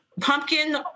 pumpkin